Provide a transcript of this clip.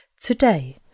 Today